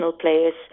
players